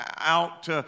out